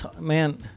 man